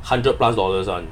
hundred plus dollars [one]